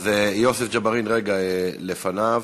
יוסף ג'בארין לפניו.